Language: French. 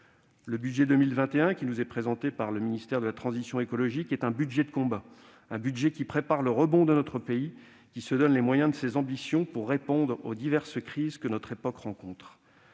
Le budget pour 2021 qui nous est présenté par le ministère de la transition écologique est un budget de combat, un budget qui prépare le rebond de notre pays et qui se donne les moyens de ses ambitions pour répondre aux diverses crises que notre époque rencontre.